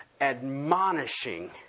admonishing